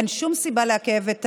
אין שום סיבה לעכב.